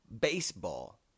baseball